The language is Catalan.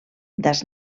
das